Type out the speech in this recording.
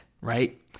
right